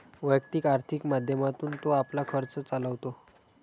वैयक्तिक आर्थिक माध्यमातून तो आपला खर्च चालवतो